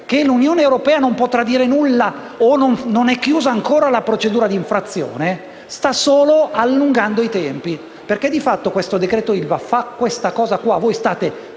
che l'Unione europea non potrà dire nulla o non è chiusa ancora la procedura di infrazione sta solo allungando i tempi, perché di fatto il decreto-legge ILVA al nostro